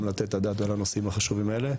לתת את הדעת על הנושאים החשובים האלה.